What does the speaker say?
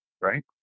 right